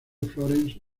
florence